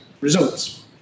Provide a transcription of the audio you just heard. results